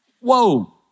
whoa